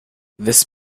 this